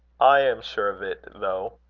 i am sure of it, though.